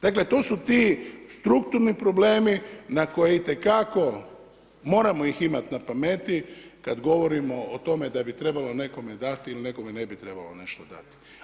Dakle, to su ti strukturni problemi na koje itekako moramo ih imati na pameti kad govorimo o tome da bi trebalo nekome dati ili nekome ne bi trebalo nešto dati.